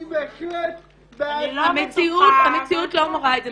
אני בהחלט בעד -- המציאות לא מראה את זה,